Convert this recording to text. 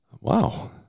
Wow